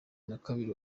nakabiri